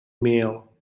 mail